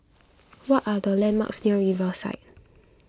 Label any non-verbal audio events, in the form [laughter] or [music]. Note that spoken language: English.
[noise] what are the landmarks near Riverside